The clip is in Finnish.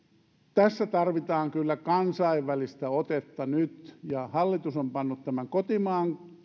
tässä tarvitaan kyllä kansainvälistä otetta nyt hallitus on pannut kotimaan